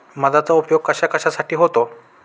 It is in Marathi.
मधाचा उपयोग कशाकशासाठी होतो?